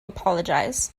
apologize